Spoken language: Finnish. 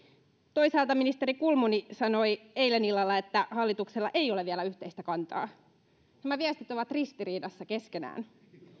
toisaalta ministeri kulmuni sanoi eilen illalla että hallituksella ei ole vielä yhteistä kantaa nämä viestit ovat ristiriidassa keskenään